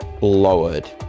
lowered